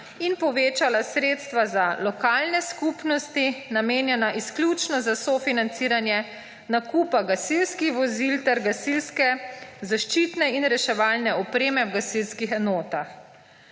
in povečala sredstva za lokalne skupnosti, namenjena izključno za sofinanciranje nakupa gasilskih vozil ter gasilske zaščitne in reševalne opreme v gasilskih enotah.